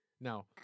Now